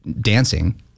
dancing